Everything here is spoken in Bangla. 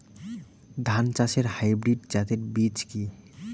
ধান চাষের হাইব্রিড জাতের বীজ কি?